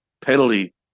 penalty